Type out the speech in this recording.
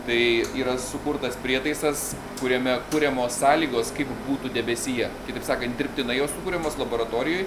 tai yra sukurtas prietaisas kuriame kuriamos sąlygos kaip būtų debesyje kitaip sakant dirbtinai jos sukuriamos laboratorijoj